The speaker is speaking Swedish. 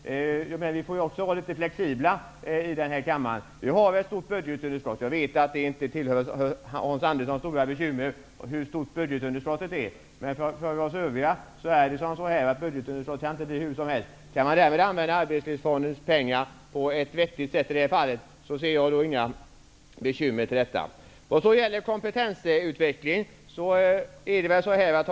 Vi måste ju vara litet flexibla här i kammaren. Nu har vi ett stort budgetunderskott. Jag vet att det inte tillhör Hans Anderssons stora bekymmer hur stort budgetunderskottet är, men för oss övriga är det viktigt att budgetunderskottet inte blir hur stort som helst. Jag ser inga bekymmer med att vi använder Arbetslivsfondens pengar på ett vettigt sätt i det här fallet.